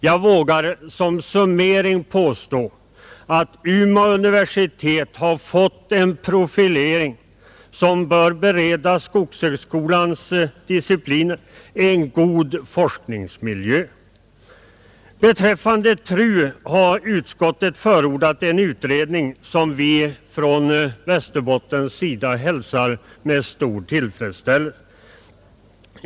Jag vågar som summering påstå att Umeå universitet har fått en profilering som bör bereda skogshögskolans discipliner en god forskningsmiljö. Beträffande TRU har utskottet förordat en utredning som vi från Västerbottens sida hälsar med stor tillfredsställelse.